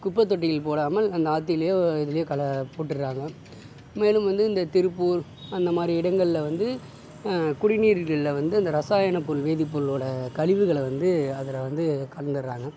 குப்பை தொட்டியில் போடாமல் அந்த ஆற்றிலியோ எதுலையோ கல போட்டு விட்றாங்க மேலும் வந்து இந்த திருப்பூர் அந்த மாதிரி இடங்களில் வந்து குடிநீர்களில் வந்து இந்த ரசாயன பொருள் வேதி பொருளோட கழிவுகளை வந்து அதில் வந்து கலந்து விட்றாங்க